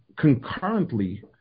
concurrently